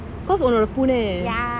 cause உன்னோட புனா:unoda punaa